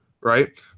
right